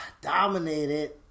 dominated